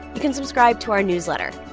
you can subscribe to our newsletter